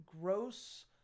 gross